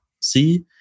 see